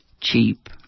cheap